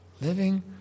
living